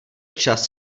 čas